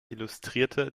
illustrierte